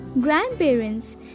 grandparents